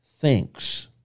thinks